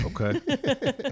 Okay